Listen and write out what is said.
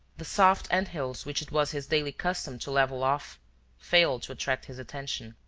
the soft ant-hills which it was his daily custom to level off failed to attract his attention.